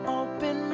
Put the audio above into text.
open